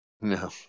No